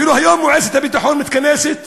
אפילו מועצת הביטחון מתכנסת